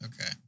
Okay